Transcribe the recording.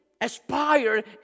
aspire